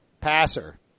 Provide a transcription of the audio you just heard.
passer